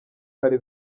hari